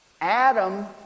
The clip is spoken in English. Adam